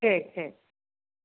ठीक ठीक